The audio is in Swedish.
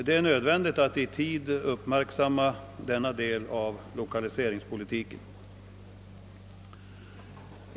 Det är nödvändigt att i tid uppmärksamma denna bild av lokaliseringspolitiken.